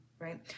right